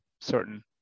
certain